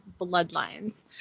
Bloodlines